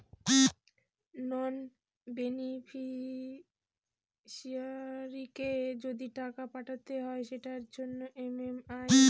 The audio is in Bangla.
নন বেনিফিশিয়ারিকে যদি টাকা পাঠাতে হয় সেটার জন্য এম.এম.আই.ডি লাগে